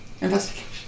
investigation